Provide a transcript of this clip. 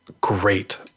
great